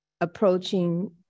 approaching